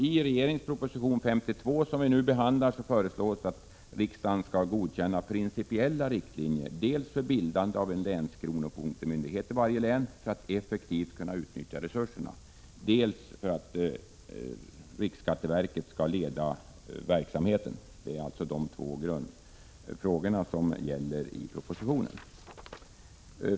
I regeringens proposition 52, som vi nu behandlar, föreslås att riksdagen skall godkänna principiella riktlinjer dels för att bilda en länskronofogdemyndighet i varje län i syfte att effektivt utnyttja resurserna, dels för att riksskatteverket skall leda verksamheten i exekutionsväsendet. Det är de två grundfrågorna i propositionen.